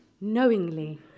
knowingly